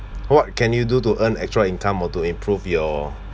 what can you do to earn extra income or to improve your